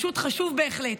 זה חשוב בהחלט.